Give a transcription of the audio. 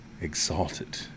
exalted